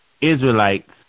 Israelites